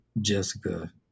Jessica